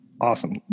awesome